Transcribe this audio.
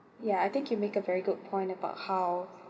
ya I think you make a very good point about how